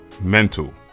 mental